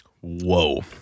Whoa